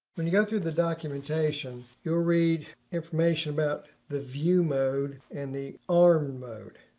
when you go through the documentation, you'll read information about the view mode and the arm and mode.